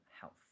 health